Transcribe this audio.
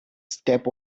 step